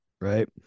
right